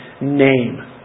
name